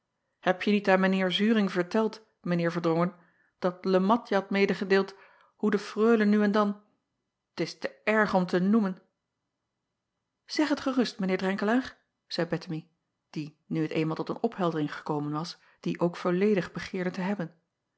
evenster delen aan mijn eer uring verteld mijn eer erdrongen dat e at je had meêgedeeld hoe de reule nu en dan t is te erg om te noemen eg het gerust mijn eer renkelaer zeî ettemie die nu het eenmaal tot een opheldering gekomen was die ook volledig begeerde te hebben